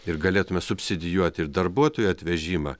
ir galėtume subsidijuot ir darbuotojų atvežimą